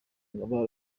ngabo